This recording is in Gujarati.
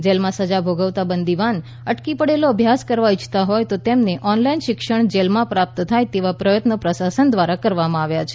જેલમાં સજા ભોગવતા બંદીવાન અટકી પડેલો અભ્યાસ મેળવવા ઇચ્છતા હોય તેમને ઓનલાઈન શિક્ષણ જેલમાં પ્રાપ્ત થાય તેવા પ્રયત્નો જેલ પ્રશાસન દ્વારા કરવામાં આવ્યા છે